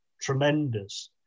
tremendous